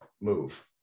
move